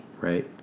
right